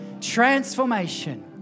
Transformation